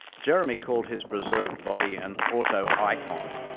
jeremy called his preserved body an auto-icon.